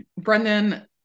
Brendan